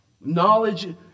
Knowledge